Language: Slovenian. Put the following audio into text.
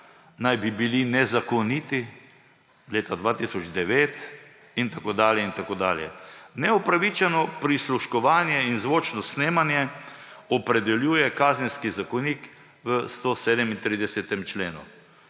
naj bi bili nezakoniti, leta 2009 in tako dalje in tako dalje. Neupravičeno prisluškovanje in zvočno snemanje opredeljuje Kazenski zakonik v 137. členu.